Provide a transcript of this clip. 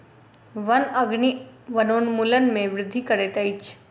वन अग्नि वनोन्मूलन में वृद्धि करैत अछि